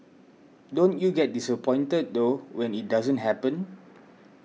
don't you get disappointed though when it doesn't happen